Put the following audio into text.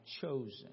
chosen